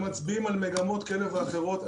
נתונים שמצביעים על מגמות כאלה ואחרות,